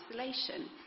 isolation